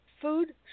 Food